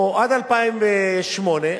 או עד 2008,